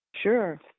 Sure